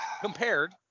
compared